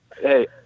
Hey